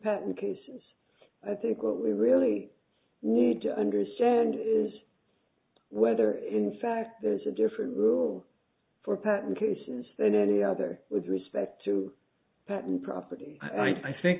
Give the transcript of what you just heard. cases i think what we really need to understand is whether in fact there's a different rule for patent cases than any other with respect to patent property i think